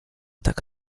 tak